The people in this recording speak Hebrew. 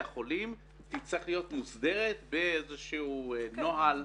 החולים תצטרך להיות מוסדרת באיזשהו נוהל.